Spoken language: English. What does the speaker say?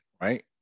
right